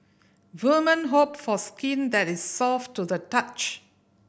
woman hope for skin that is soft to the touch